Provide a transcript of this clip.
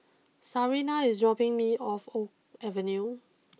Sarina is dropping me off O Avenue